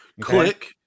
Click